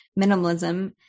minimalism